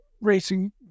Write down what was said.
racing